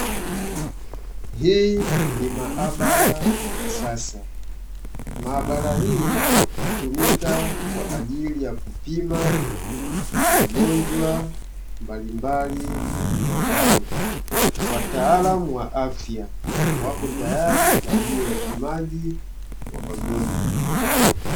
Hii ni maabara ya kisasa, maabara hii kutumika kwa ajili ya kupima magonjwa mbalimbali ya binadamu, wataalamu wa afya wako tayari kwa ajili ya upimaji wa magonjwa.